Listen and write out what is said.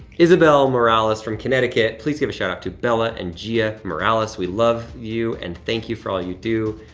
isabel morales from connecticut, please give a shout-out to bella and gia ah morales. we love you and thank you for all you do.